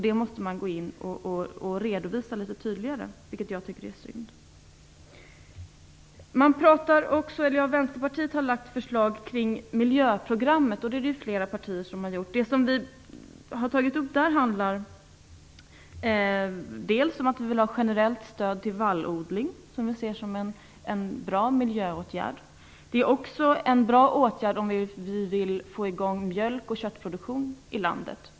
Det måste redovisas tydligare. Jag tycker att det är synd att man inte gör det. Vänsterpartiet har lagt fram förslag i anslutning till miljöprogrammet. Det har fler partier gjort. Vi vill t.ex. ha generellt stöd till vallodling, som vi ser som en bra miljöåtgärd. Det är en bra åtgärd för att på ett vettigt sätt få i gång mjölk och köttproduktion i landet.